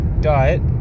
diet